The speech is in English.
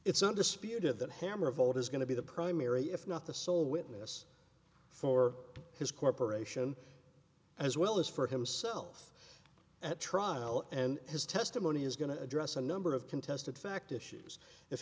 it's undisputed that hammer of old is going to be the primary if not the sole witness for his corporation as well as for himself at trial and his testimony is going to address a number of contested fact issues if